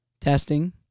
Testing